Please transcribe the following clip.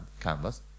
canvas